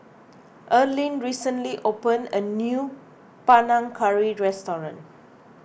Earlene recently opened a new Panang Curry restaurant